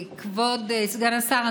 כבוד סגן השר,